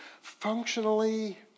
functionally